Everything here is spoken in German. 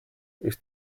ist